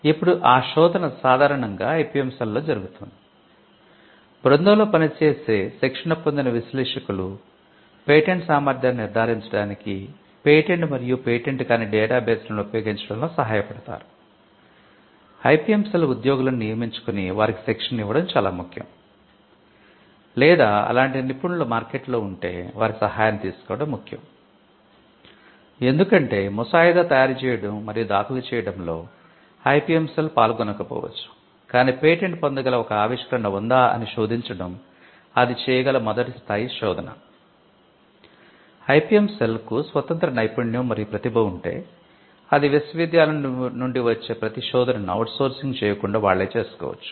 ఇప్పుడు ఆ శోధన సాధారణంగా ఐపిఎం సెల్కు స్వతంత్ర నైపుణ్యం మరియు ప్రతిభ ఉంటే అది విశ్వవిద్యాలయం నుండి వచ్చే ప్రతి శోధనను అవుట్సోర్సింగ్ చేయకుండా వాళ్ళే చేసుకోవచ్చు